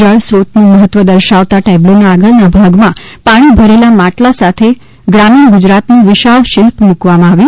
જળસ્ત્રીતનું મહત્વ દર્શાવતા ટેબ્લોના આગળના ભાગમાં પાણી ભરેલા માટલા સાથેના ગ્રામીણ ગુજરાતનું વિશાળ શિલ્પ મુકવામાં આવ્યું